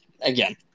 again